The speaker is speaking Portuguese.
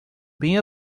bem